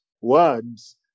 words